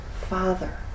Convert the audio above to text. Father